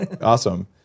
Awesome